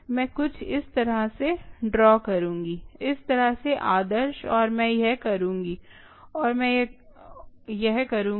मैं कुछ इस तरह से ड्रा करुँगी इस तरह से आदर्श और मैं यह करुँगी और मैं यह करुँगी